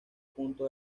punto